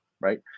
right